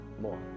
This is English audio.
more